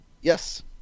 Yes